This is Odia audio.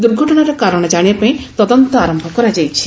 ଦୁର୍ଘଟଣାର କାରଣ କାଶିବା ପାଇଁ ତଦନ୍ତ ଆରମ୍ଭ କରାଯାଇଛି